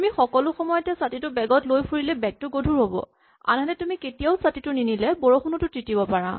তুমি সকলো সময়তে ছাতিটো বেগত লৈ ফুৰিলে বেগটো গধুৰ হ'ব আনহাতে তুমি কেতিয়াও ছাতিটো নিনিলে বৰষুণতো তিতিব পাৰা